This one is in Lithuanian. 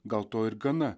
gal to ir gana